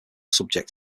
subject